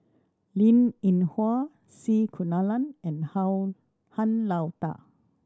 Linn In Hua C Kunalan and Han Lao Da